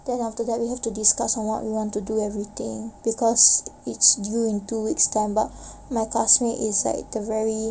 then after that we have to discuss on what we want to do everything because it's due in two weeks time but my classmate is like the very